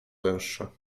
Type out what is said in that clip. węższa